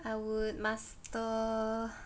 I would master